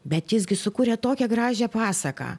bet jis gi sukūrė tokią gražią pasaką